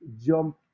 jump